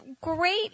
great